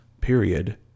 period